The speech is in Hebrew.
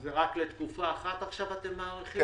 אבל רק לתקופה אחת אתם מאריכים עכשיו?